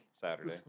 Saturday